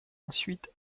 ensuite